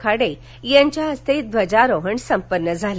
खडे यांच्या हस्ते ध्वजारोहण संपन्न झालं